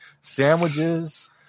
sandwiches